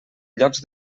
llocs